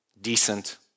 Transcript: decent